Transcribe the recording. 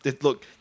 Look